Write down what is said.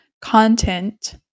content